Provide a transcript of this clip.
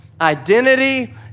Identity